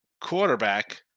quarterback